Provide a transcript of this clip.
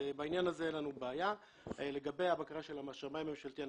לגבי הבקשה לבקרה של השמאי הממשלתי,